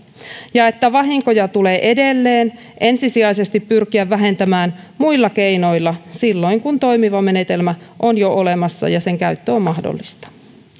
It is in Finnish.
ja että vahinkoja tulee edelleen ensisijaisesti pyrkiä vähentämään muilla keinoilla silloin kun toimiva menetelmä on jo olemassa ja sen käyttö on mahdollista